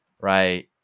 right